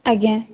ଆଜ୍ଞା